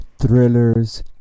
thrillers